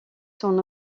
son